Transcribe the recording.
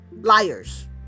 liars